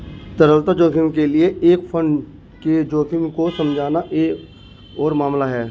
तरलता जोखिम के लिए एक फंड के जोखिम को समझना एक और मामला है